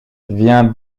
vient